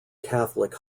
catholic